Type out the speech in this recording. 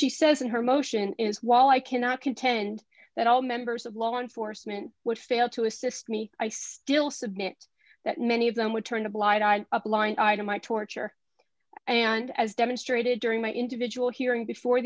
she says in her motion is while i cannot contend that all members of law enforcement would fail to assist me i still submit that many of them would turn a blind eye a blind eye to my torture and as demonstrated during my individual hearing before